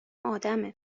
آدمه